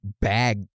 bag